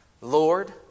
Lord